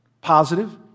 positive